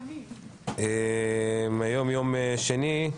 היום יום שני,